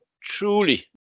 truly